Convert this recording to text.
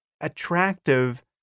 attractive